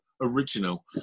original